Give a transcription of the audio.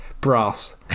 brass